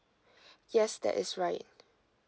yes that is right